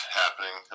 happening